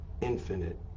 infinite